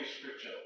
Scripture